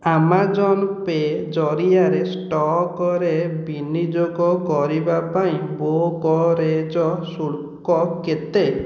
Amazon pay ଜରିଆରେ ଷ୍ଟକ୍ରେ ବିନିଯୋଗ କରିବା ପାଇଁ ବୋକୋରେଜ୍ ଶୁଳ୍କ କେତେ